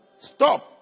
Stop